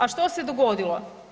A što se dogodilo?